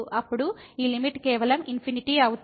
అప్పుడు ఈ లిమిట్ కేవలం ఇన్ఫినిటీ అవుతుంది